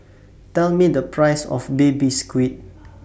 Tell Me The Price of Baby Squid